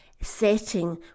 setting